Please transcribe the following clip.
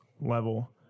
level